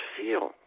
feel